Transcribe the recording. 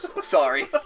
sorry